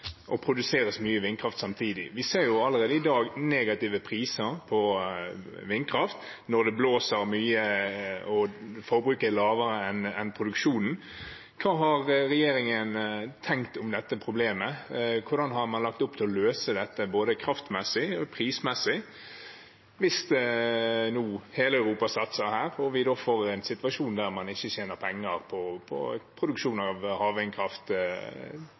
og produseres mye vindkraft samtidig? Vi ser allerede i dag negative priser på vindkraft når det blåser mye og forbruket er lavere enn produksjonen. Hva har regjeringen tenkt om dette problemet? Hvordan har man lagt opp til å løse dette både kraftmessig og prismessig hvis hele Europa nå satser og vi får en situasjon der man ikke tjener penger på produksjon av havvindkraft